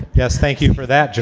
yes, thank you for that, jimmy.